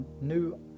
new